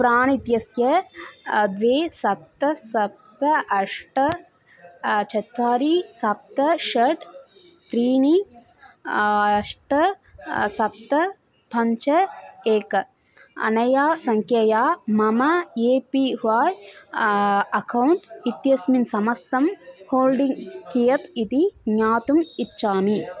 प्राण् इत्यस्य द्वे सप्त सप्त अष्ट चत्वारि सप्त षट् त्रीणि अष्ट सप्त पञ्च एकम् अनया सङ्ख्यया मम ए पी ह्वाय् अकौण्ट् इत्यस्मिन् समस्तं होल्डिङ्ग् कियत् इति ज्ञातुम् इच्छामि